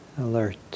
alert